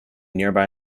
nearby